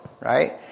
right